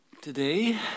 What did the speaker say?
today